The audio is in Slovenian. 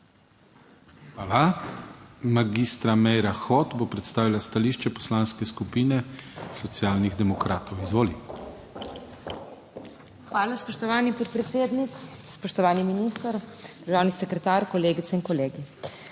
Hvala. Magistra Meira Hot bo predstavila stališče Poslanske skupine Socialnih demokratov. Izvoli. **MAG. MEIRA HOT (PS SD):** Hvala spoštovani podpredsednik. Spoštovani minister, državni sekretar, kolegice in kolegi.